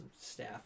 staff